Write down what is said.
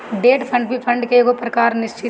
debt fund भी fund के एगो प्रकार निश्चित